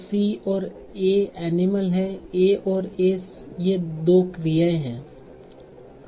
तों C और A animal है A और A ये 2 क्रियाएं हैं